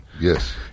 Yes